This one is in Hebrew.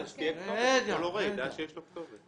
כל הורה ידע שיש לו כתובת.